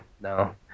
no